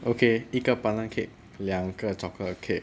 okay 一个 pandan cake 两个 chocolate cake